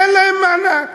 תן להם מענק.